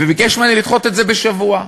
לדחות את זה בשבוע.